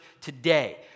today